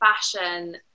fashion